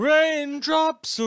Raindrops